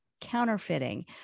counterfeiting